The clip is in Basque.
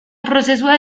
prozesua